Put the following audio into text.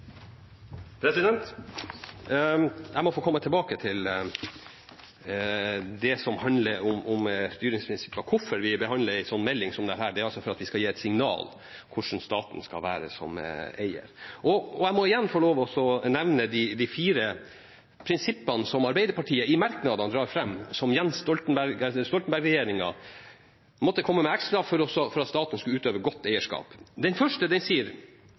Jeg må få komme tilbake til det som handler om styringsprinsipper, og hvorfor vi behandler en melding som dette. Det er altså for at vi skal gi et signal om hvordan staten skal være som eier. Jeg må igjen få lov til å nevne de fire prinsippene som Arbeiderpartiet drar fram i merknadene, og som Stoltenberg-regjeringen måtte komme med ekstra for at staten skulle utøve godt eierskap. Det første prinsippet sier